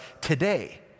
today